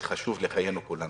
זה חשוב לחיינו כולנו.